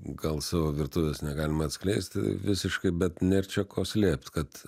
gal savo virtuvės negalima atskleisti visiškai bet bėr čia ko slėpt kad